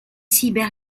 cyber